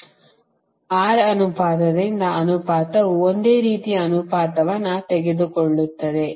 x r ಅನುಪಾತದಿಂದ ಅನುಪಾತವು ಒಂದೇ ರೀತಿಯ ಅನುಪಾತವನ್ನು ತೆಗೆದುಕೊಳ್ಳುತ್ತದೆ